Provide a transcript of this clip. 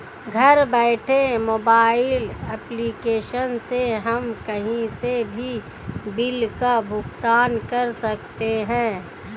घर बैठे mobile application से हम कही से भी बिल का भुगतान कर सकते है